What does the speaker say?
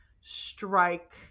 strike